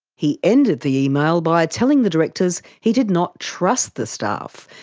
he ended the email by telling the directors he did not trust the staff.